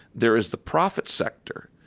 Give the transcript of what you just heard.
there is the profit sector,